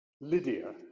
Lydia